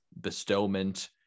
bestowment